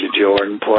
Jordan